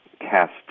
cast